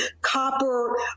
copper